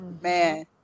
man